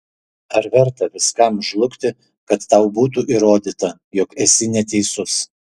ar verta viskam žlugti kad tau būtų įrodyta jog esi neteisus